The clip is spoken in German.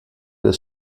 des